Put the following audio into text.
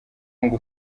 ngo